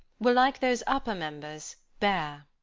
were, like those upper members, bare.